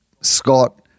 Scott